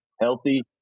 healthy